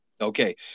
Okay